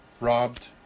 robbed